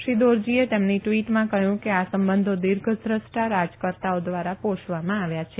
શ્રી દોરજીએ તેમની ટવીટમાં કહ્યું કે આ સંબંધો દીર્ધદૃષ્ટા રાજકર્તાઓ દ્વારા પોષવામાં આવ્યા છે